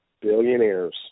Billionaires